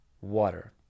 water